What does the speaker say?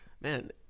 Man